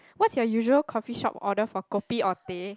what's your usual coffee shop order for kopi or teh